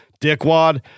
dickwad